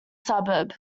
suburb